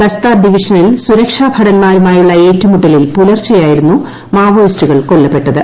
ബസ്താർ ഡിവിഷനിൽ സുരക്ഷാ ഭടൻമാരുമായുള്ള ഏറ്റുമുട്ടലിൽ പുലർച്ചെയായിരുന്നു മാവോയിസ്റ്റുകൾ കൊല്ലപ്പെട്ടത്